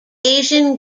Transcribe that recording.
asian